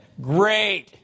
Great